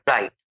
Right